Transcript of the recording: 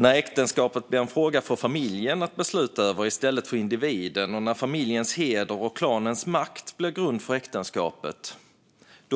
När äktenskapet blir en fråga för familjen i stället för individerna att besluta om och när familjens heder och klanens makt blir grund för äktenskapet